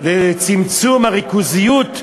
ולצמצום הריכוזיות,